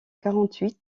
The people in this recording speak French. quarante